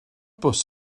bws